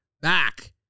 back